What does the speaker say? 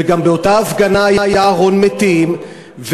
וגם באותה הפגנה היה ארון מתים,